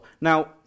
Now